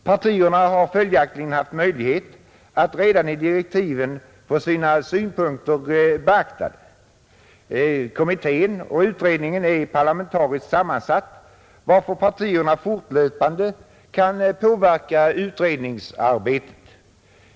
Partierna har följaktligen haft möjlighet att redan i direktiven få sina synpunkter beaktade. Utredningen är parlamentariskt sammansatt, varför partierna fortlöpande kan påverka utredningsarbetet.